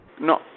No